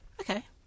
Okay